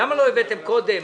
למה לא הבאתם קודם?